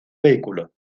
vehículo